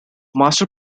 master